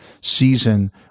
season